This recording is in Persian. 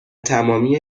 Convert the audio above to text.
تمامی